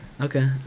Okay